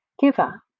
Giver